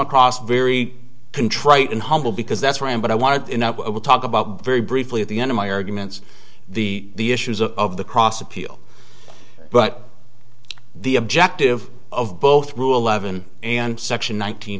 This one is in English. across very contrite and humble because that's where i am but i want to talk about very briefly at the end of my arguments the issues of the cross appeal but the objective of both rule eleven and